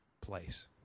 place